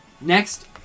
Next